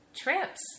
trips